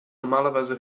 normalerweise